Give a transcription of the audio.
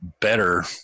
better